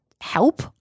help